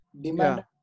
demand